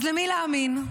אז למי להאמין?